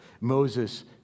Moses